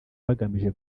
bagamije